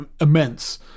immense